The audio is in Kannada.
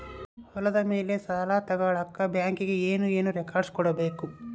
ಹೊಲದ ಮೇಲೆ ಸಾಲ ತಗಳಕ ಬ್ಯಾಂಕಿಗೆ ಏನು ಏನು ರೆಕಾರ್ಡ್ಸ್ ಕೊಡಬೇಕು?